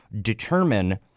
determine